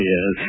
Yes